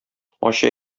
ачы